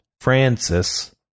Francis